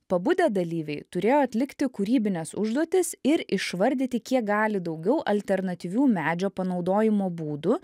pabudę dalyviai turėjo atlikti kūrybines užduotis ir išvardyti kiek gali daugiau alternatyvių medžio panaudojimo būdų